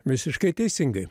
visiškai teisingai